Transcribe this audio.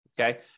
Okay